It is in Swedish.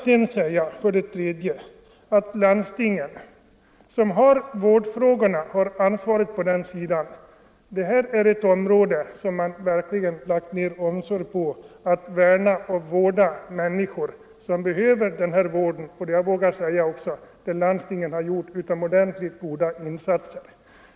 Låt mig för det tredje säga att landstingen, som har ansvaret för vårdfrågorna, verkligen har lagt ned omsorg på att värna och vårda människor som behöver vård. Jag vågar säga att landstingen här gjort utomordentligt goda insatser.